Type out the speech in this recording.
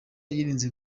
yirinze